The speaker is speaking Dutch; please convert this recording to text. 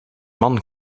man